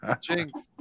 Jinx